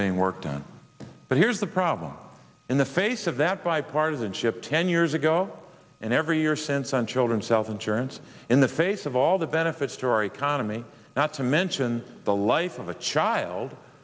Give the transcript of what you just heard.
being worked on but here's the problem in the face of that bipartisanship ten years ago and every year since on children's health insurance in the face of all the benefits to our economy not to mention the life of a child